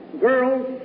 girl's